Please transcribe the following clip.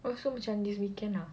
oh so macam this weekend ah